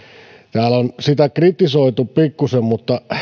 täällä on sitä kritisoitu pikkuisen mutta